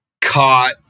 caught